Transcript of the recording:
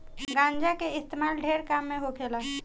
गांजा के इस्तेमाल ढेरे काम मे होखेला